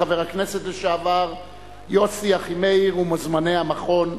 חבר הכנסת לשעבר יוסי אחימאיר ומוזמני המכון,